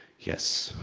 yes,